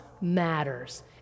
matters